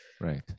Right